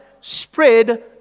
spread